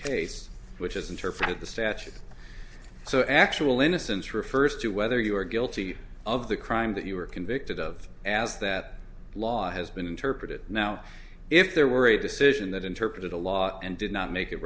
case which is interpreted the statute so actual innocence refers to whether you are guilty of the crime that you were convicted of as that law has been interpreted now if there were a decision that interpreted the law and did not make it